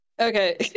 Okay